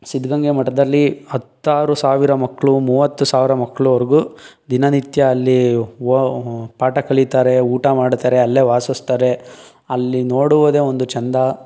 ಸಿದ್ಧಗಂಗೆ ಮಠದಲ್ಲಿ ಹತ್ತಾರು ಸಾವಿರ ಮಕ್ಕಳು ಮೂವತ್ತು ಸಾವಿರ ಮಕ್ಳವರ್ಗೂ ದಿನನಿತ್ಯ ಅಲ್ಲಿ ಪಾಠ ಕಲೀತಾರೆ ಊಟ ಮಾಡ್ತಾರೆ ಅಲ್ಲೇ ವಾಸಿಸ್ತಾರೆ ಅಲ್ಲಿ ನೋಡುವುದೇ ಒಂದು ಚಂದ